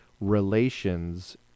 relations